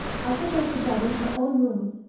i put her to bed in her own room.